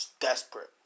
desperate